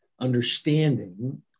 understanding